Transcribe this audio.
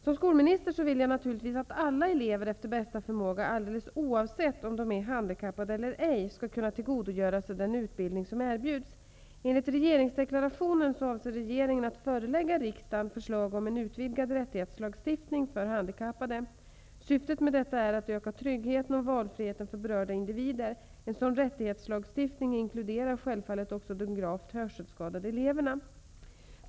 Som skolminister vill jag naturligtvis att alla elever efter bästa förmåga, alldeles oavsett om de är handikappade eller ej, skall kunna tillgodogöra sig den utbildning som erbjuds. Enligt regeringsdeklarationen avser regeringen att förelägga riksdagen förslag om en utvidgad rättighetslagstiftning för handikappade. Syftet med detta är att öka tryggheten och valfriheten för berörda individer. En sådan rättighetslagstiftning inkluderar självfallet också de gravt hörselskadade eleverna.